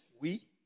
Oui